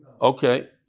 Okay